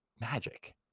magic